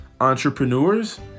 entrepreneurs